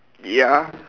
ya